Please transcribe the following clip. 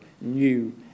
new